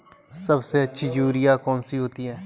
सबसे अच्छी यूरिया कौन सी होती है?